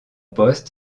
poste